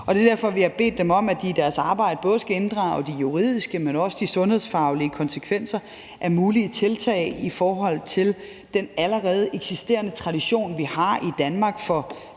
Og det er derfor, vi har bedt dem om, at de i deres arbejde både skal inddrage det juridiske, men også de sundhedsfaglige konsekvenser af mulige tiltag i forhold til den allerede eksisterende tradition, vi har i Danmark, for